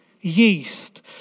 yeast